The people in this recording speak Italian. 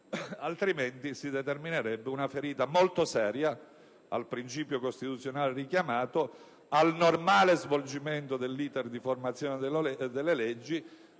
altrimenti si determinerebbe una ferita molto seria al principio costituzionale richiamato di normale svolgimento dell'*iter* di formazione delle leggi;